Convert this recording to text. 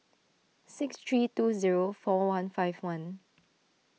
six three two zero four one five one